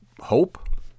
hope